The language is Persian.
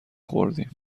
خوردیم